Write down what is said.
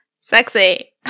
sexy